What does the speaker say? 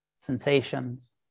sensations